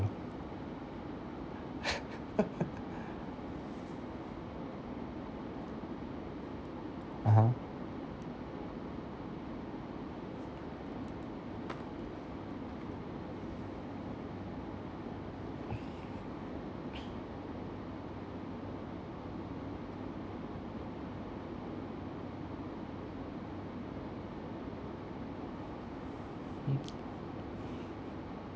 (uh huh) mm